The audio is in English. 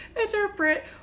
interpret